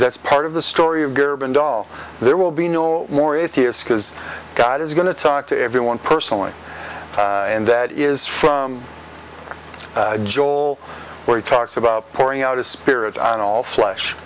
that's part of the story of gerb and all there will be no more atheists because god is going to talk to everyone personally and that is from joel where he talks about pouring out his spirit on all flesh